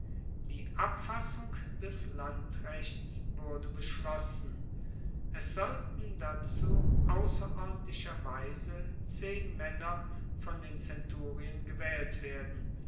die abfassung des landrechts wurde beschlossen es sollten dazu ausserordentlicher weise zehn maenner von den zenturien gewaehlt werden